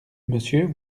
monsieur